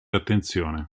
attenzione